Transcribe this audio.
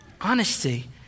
Honesty